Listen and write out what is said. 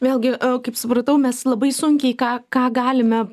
vėlgi kaip supratau mes labai sunkiai ką ką galime